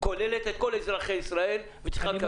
כוללת את כל אזרחי ישראל וזה צריך לקבל ביטוי.